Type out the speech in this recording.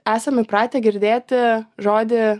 esam įpratę girdėti žodį